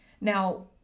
Now